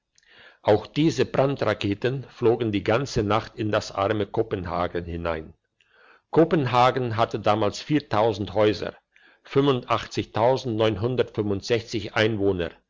auch diese brandraketen flogen die ganze nacht in das arme kopenhagen hinein kopenhagen hatte damals häuser einwohner